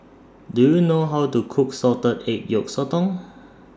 Do YOU know How to Cook Salted Egg Yolk Sotong